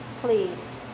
Please